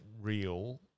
real